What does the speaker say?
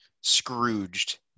Scrooged